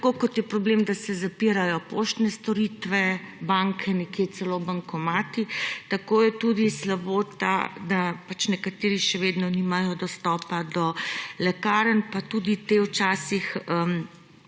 tako kot je problem, da se zapirajo poštne storitve, banke, nekje celo bankomati, tako je tudi slabo to, da pač nekateri še vedno nimajo dostopa do lekarn, pa tudi te včasih